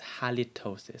halitosis